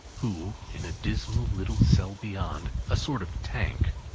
who in a dismal little cell beyond, a sort of tank,